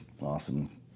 awesome